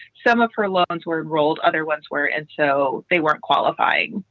some of her loans were rolled. other ones were. and so they weren't qualifying.